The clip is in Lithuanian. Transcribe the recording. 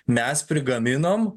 mes prigaminom